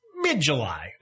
mid-July